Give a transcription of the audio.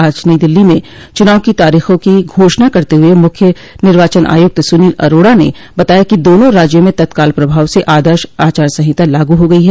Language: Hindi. आज नई दिल्ली में चुनाव की तारीखों की घोषणा करते हुए मुख्यर निर्वाचन आयुक्त सुनील अरोडा ने बताया कि दोनों राज्यों में तत्काल प्रभाव से आदर्श आचार संहिता लागू हो गई है